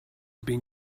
been